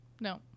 no